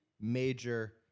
major